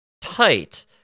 tight